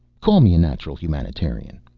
call me a natural humanitarian.